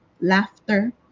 laughter